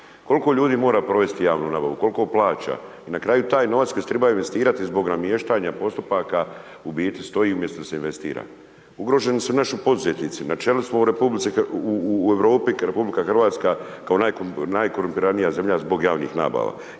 Koliko ljudi mora provesti javnu nabavu, koliko plaća? I na kraju taj novac koji se treba investirati zbog namještanja postupaka u biti stoji umjesto da se investira. Ugroženi su i naši poduzetnici, na čelu smo u, u Europi, kao RH, kao najkorumpiranija zemlja zbog javnih nabava.